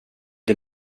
det